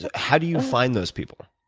how do you find those people?